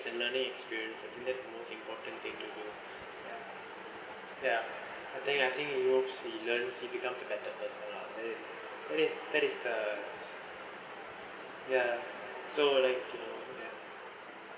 in many experience I think that's the most important thing to do ya I think I hopes he learn he becomes a better person lah that is that is the ya so like you know